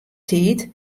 tiid